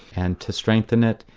and to strengthen it,